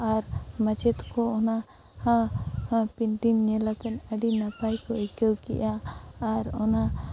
ᱟᱨ ᱢᱟᱪᱮᱫ ᱠᱚ ᱚᱱᱟ ᱯᱤᱱᱴᱤᱝ ᱧᱮᱞ ᱠᱟᱛᱮᱫ ᱟᱹᱰᱤ ᱱᱟᱯᱟᱭ ᱠᱚ ᱟᱹᱭᱠᱟᱹᱣ ᱠᱮᱫᱼᱟ ᱟᱨ ᱚᱱᱟ